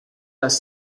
las